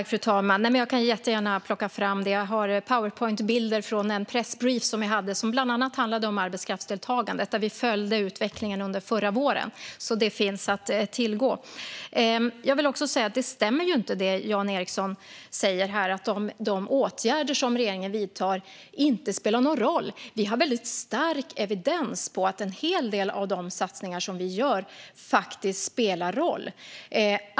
Fru talman! Jag kan jättegärna plocka fram underlaget. Jag har powerpointbilder från en pressbriefing som jag hade. Den handlade bland annat om arbetskraftsdeltagandet och utvecklingen under förra våren, så det finns att tillgå. Det stämmer inte, som Jan Ericson säger här, att de åtgärder som regeringen vidtar inte spelar någon roll. Vi har väldigt stark evidens för att en hel del av de satsningar som vi gör faktiskt spelar roll.